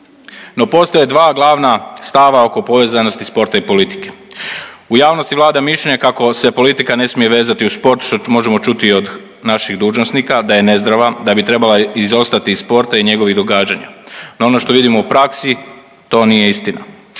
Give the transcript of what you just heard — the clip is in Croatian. no postoje dva glavna stava oko povezanosti sporta i politike. U javnosti vlada mišljenje kako se politika ne smije vezati uz sport, što možemo čuti i od naših dužnosnika, da je nezdrava, da bi trebala izostati iz sporta i njegovih događanja, no ono što vidimo u praksi to nije istina.